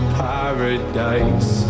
paradise